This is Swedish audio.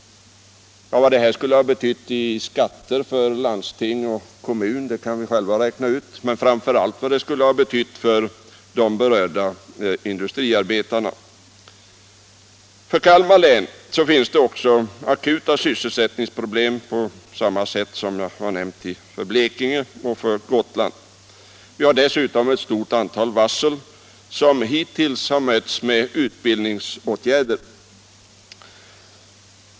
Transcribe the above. Vad detta skulle ha betytt i skatter för landsting och kommuner kan vi själva räkna ut, men framför allt inser vi vad det skulle ha betytt för de berörda industriarbetarna. Kalmar län har samma akuta sysselsättningsproblem som Blekinge och Gotland. Vi har dessutom ett stort antal varsel som hittills har mötts med utbildningsåtgärder.